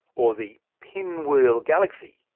or the pinwheel galaxy,